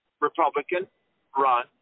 Republican-run